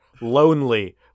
lonely